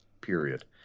period